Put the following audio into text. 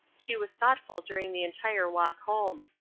she was thoughtful during the entire walk home.